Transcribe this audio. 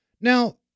Now